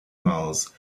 miles